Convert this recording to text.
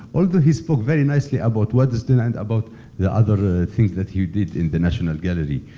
although he spoke very nicely about waddesdon, and about the other ah things that you did in the national gallery,